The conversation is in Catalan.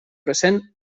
recent